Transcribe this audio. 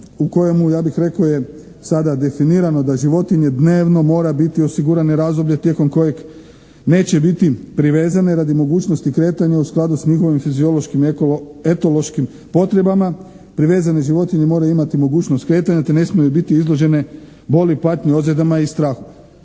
u kojemu ja bih rekao je sada definirano da životinje dnevno mora biti osigurano razdoblje tijekom kojeg neće biti privezane radi mogućnosti kretanja u skladu s njihovim fiziološkim, etološkim potrebama. Privezane životinje moraju imati mogućnost kretanja te ne smiju biti izložene boli, patnji, ozljedama i strahu.